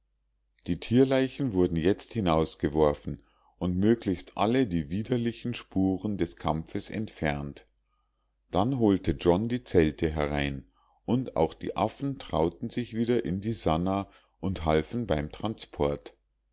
die tierleichen wurden jetzt hinausgeworfen und möglichst alle die widerlichen spuren des kampfes entfernt dann holte john die zelte herein und auch die affen trauten sich wieder in die sannah und halfen beim transport